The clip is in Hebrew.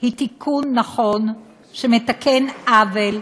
היא תיקון נכון שמתקן עוול,